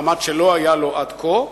מעמד שלא היה לו עד כה,